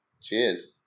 Cheers